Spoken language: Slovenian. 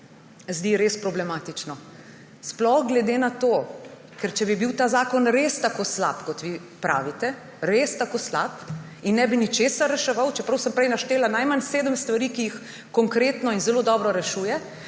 zdi res problematično, sploh glede na to, ker če bi bil ta zakon res tako slab, kot vi pravite, res tako slab in ne bi ničesar reševal, čeprav sem prej naštela najmanj sedem stvari, ki jih konkretno in zelo dobro rešuje,